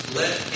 let